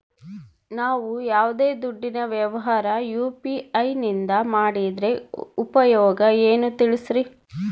ನಾವು ಯಾವ್ದೇ ದುಡ್ಡಿನ ವ್ಯವಹಾರ ಯು.ಪಿ.ಐ ನಿಂದ ಮಾಡಿದ್ರೆ ಉಪಯೋಗ ಏನು ತಿಳಿಸ್ರಿ?